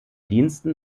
diensten